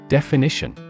Definition